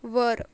वर